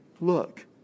look